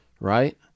right